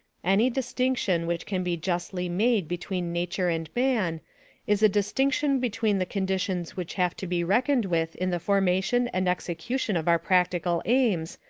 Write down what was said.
any distinction which can be justly made between nature and man is a distinction between the conditions which have to be reckoned with in the formation and execution of our practical aims,